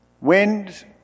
Wind